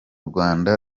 rwanda